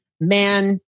man